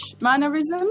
mannerisms